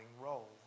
role